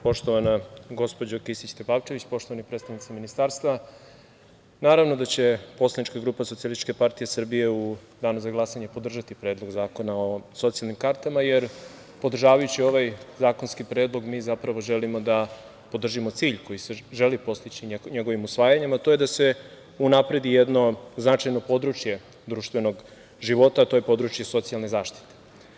Poštovana gospođo Kisić Tepavčević, poštovani predstavnici ministarstva, naravno da će poslanička grupa SPS u danu za glasanje podržati Predlog zakona o socijalnim kartama, jer podržavajući ovaj zakonski predlog mi zapravo želimo da podržimo cilj koji se želi postići njegovim usvajanjem, a to je da se unapredi jedno značajno područje društvenog života, a to je područje socijalne zaštite.